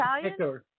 Italian